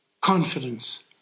Confidence